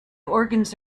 organs